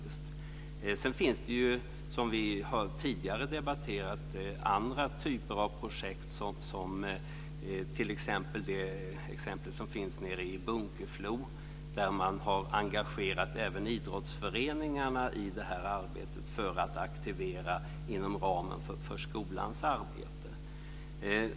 Sedan finns det, som vi tidigare har debatterat, andra typer av projekt, som t.ex. exemplet som finns nere i Bunkeflo, där man har engagerat även idrottsföreningarna i arbetet med att aktivera inom ramen för skolans arbete.